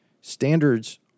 standards